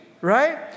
right